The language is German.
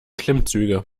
klimmzüge